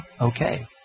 okay